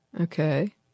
Okay